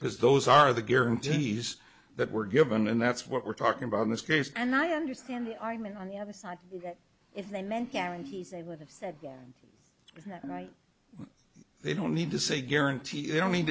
because those are the guarantees that were given and that's what we're talking about in this case and i understand the argument on the other side if they meant guarantees they would have said that right they don't need to say guarantee